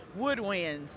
woodwinds